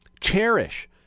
Cherish